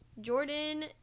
Jordan